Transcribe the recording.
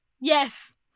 Yes